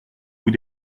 vous